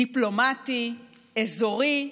דיפלומטי, אזורי,